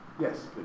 Yes